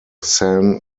san